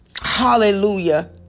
Hallelujah